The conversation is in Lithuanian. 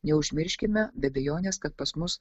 neužmirškime be abejonės kad pas mus